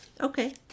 Okay